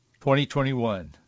2021